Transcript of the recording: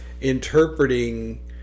interpreting